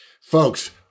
Folks-